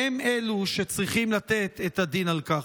והם אלו שצריכים לתת את הדין על כך.